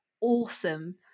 awesome